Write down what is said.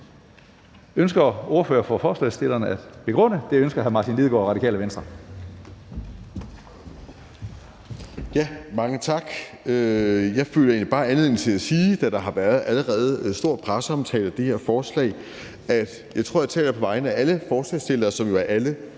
Begrundelse (Ordfører for forslagsstillerne) Martin Lidegaard (RV): Mange tak. Jeg føler egentlig bare anledning til at sige, da der har været stor presseomtale af det her forslag, at jeg tror, at jeg taler på vegne af alle forslagsstillerne, som jo er alle